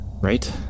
right